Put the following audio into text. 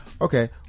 Okay